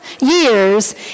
years